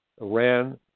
Iran